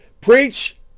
preach